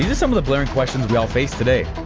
and some of the blaring questions we all face today.